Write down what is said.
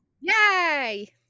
yay